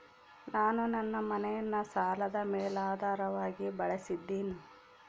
ನಾನು ನನ್ನ ಮನೆಯನ್ನ ಸಾಲದ ಮೇಲಾಧಾರವಾಗಿ ಬಳಸಿದ್ದಿನಿ